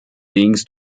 beings